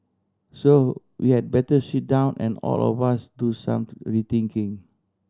so we had better sit down and all of us do some rethinking